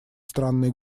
странный